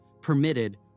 permitted